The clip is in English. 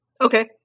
Okay